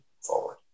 forward